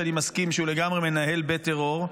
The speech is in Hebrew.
שאני מסכים שהוא לגמרי מנהל בית טרור,